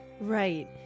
Right